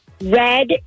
Red